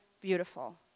beautiful